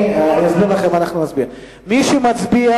מי שמצביע